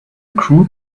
group